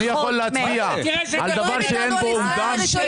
אני יכול להצביע על דבר שאין בו אומדן?